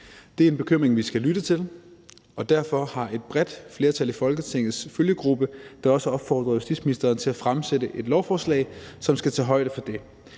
Det er en bekymring, vi skal lytte til, og derfor har et bredt flertal i Folketingets følgegruppe da også opfordret justitsministeren til at fremsætte et lovforslag, som skal tage højde for det.